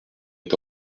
est